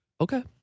Okay